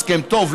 הסכם טוב,